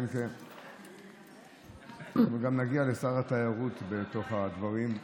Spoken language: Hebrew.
גם נגיע לשר התיירות בתוך הדברים.